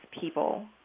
people